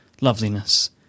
loveliness